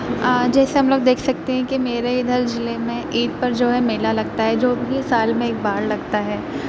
جیسے ہم لوگ دیکھ سکتے ہیں کہ میرے ادھر ضلعے میں عید پر جو ہے میلا لگتا ہے جو کہ سال میں ایک بار لگتا ہے